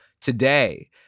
today